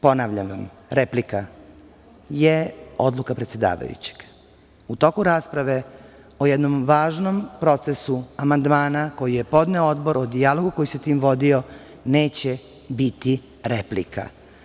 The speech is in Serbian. Ponavljam vam, replika je odluka predsedavajućeg, u toku rasprave o jednom važnom procesu amandmana koji je podneo odbor, o dijalogu koji se tim vodio, neće biti replika.